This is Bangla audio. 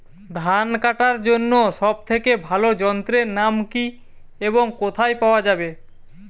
ধান কাটার জন্য সব থেকে ভালো যন্ত্রের নাম কি এবং কোথায় পাওয়া যাবে?